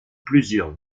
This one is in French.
plusieurs